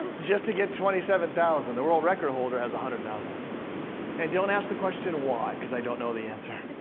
just to get twenty seven thousand. the world record holder has one hundred thousand. and don't ask the question why, cause i don't know the answer.